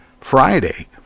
Friday